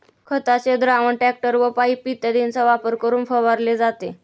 खताचे द्रावण टँकर व पाइप इत्यादींचा वापर करून फवारले जाते